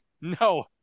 no